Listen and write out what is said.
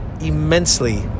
immensely